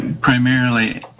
primarily